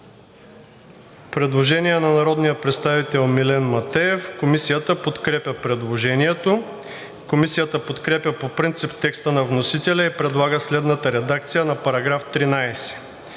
предложение на народния представител Антон Тонев. Комисията подкрепя предложението. Комисията подкрепя по принцип текста на вносителя и предлага следната редакция на § 17,